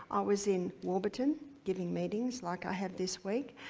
i was in warburton getting meetings like i have this week,